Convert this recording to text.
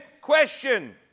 question